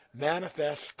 Manifest